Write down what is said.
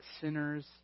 sinners